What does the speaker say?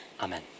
Amen